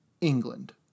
England